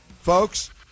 Folks